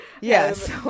yes